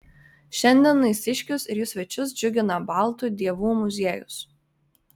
šiandien naisiškius ir jų svečius džiugina baltų dievų muziejus